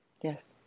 Yes